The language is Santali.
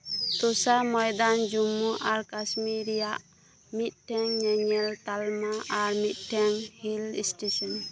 ᱛᱚᱥᱟ ᱢᱚᱭᱫᱟᱱ ᱡᱚᱢᱢᱩ ᱟᱨ ᱠᱟᱥᱢᱤᱨ ᱨᱮᱭᱟᱜ ᱢᱤᱫᱴᱟᱝ ᱧᱮᱧᱮᱞ ᱛᱟᱞᱢᱟ ᱟᱨ ᱢᱤᱫᱴᱟᱝ ᱦᱤᱞ ᱥᱴᱮᱥᱚᱱ